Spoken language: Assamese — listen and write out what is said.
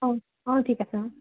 অঁ অঁ ঠিক আছে অঁ